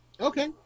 okay